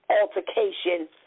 altercation